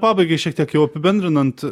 pabaigai šiek tiek jau apibendrinant